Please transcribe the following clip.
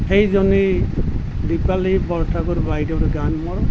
সেইজনেই দীপালী বৰঠাকুৰ বাইদেউৰ গান মোৰ